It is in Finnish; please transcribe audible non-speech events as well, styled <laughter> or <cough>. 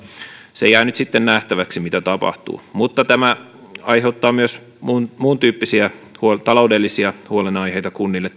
se jää nyt sitten nähtäväksi mitä tapahtuu mutta tämä sote uudistus aiheuttaa myös muuntyyppisiä taloudellisia huolenaiheita kunnille <unintelligible>